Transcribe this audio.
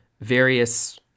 various